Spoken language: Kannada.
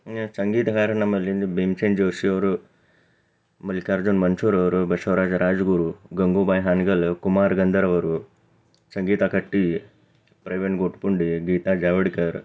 ಇನ್ನು ಸಂಗೀತಗಾರರು ನಮ್ಮಲ್ಲಿ ಭೀಮಸೇನ್ ಜೋಶಿಯವರು ಮಲ್ಲಿಕಾರ್ಜುನ್ ಮನ್ಸೂರ್ ಅವರು ಬಸವರಾಜ್ ರಾಜ್ ಗುರು ಗಂಗೂಬಾಯಿ ಹಾನ್ಗಲ್ಲು ಕುಮಾರ್ ಗಂಧರ್ವರು ಸಂಗೀತಾ ಕಟ್ಟಿ ಪ್ರವೀಣ್ ಗೋಡ್ಖಿಂಡಿ ಗೀತಾ ಜಾವಡ್ಕರ್